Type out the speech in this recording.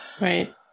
Right